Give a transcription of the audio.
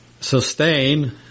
sustain